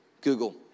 Google